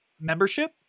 membership